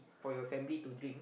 for your family to drink